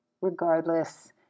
regardless